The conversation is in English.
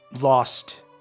lost